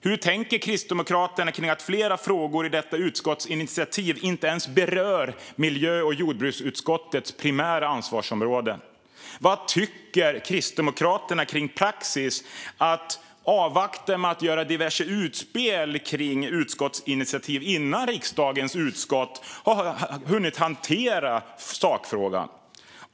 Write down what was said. Hur tänker Kristdemokraterna kring att flera frågor i utskottsinitiativet inte ens berör miljö och jordbruksutskottets primära ansvarsområden? Vad tycker Kristdemokraterna om praxis att avvakta med att göra diverse utspel kring utskottsinitiativ innan riksdagens utskott har hunnit hantera sakfrågan?